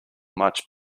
much